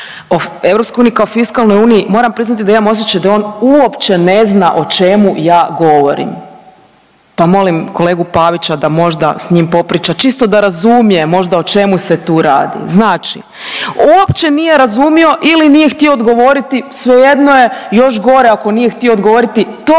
o EU kao fiskalnoj uniji, moram priznati da imam osjećaj da on uopće ne zna o čemu ja govorim. Pa molim kolegu Pavića da možda s njim popriča, čisto da razumije možda o čemu se tu radi. Znači, uopće nije razumio ili nije htio odgovoriti svejedno je, još gore ako nije htio odgovoriti to